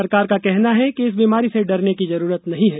सरकार का कहना है कि इस बीमारी से डरने की जरूरत नहीं है